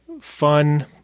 fun